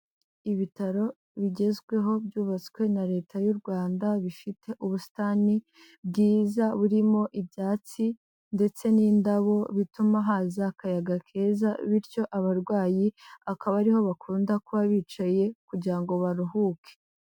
Ibitaro bigezweho byubatswe na Leta y'u Rwanda bifite ubusitani bwiza. burimo ibyatsi ndetse n'indabo bituma haza akayaga keza, bityo abarwayi akaba ariho bakunda kuba bicaye kugira ngo baruhuke.